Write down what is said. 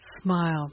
smile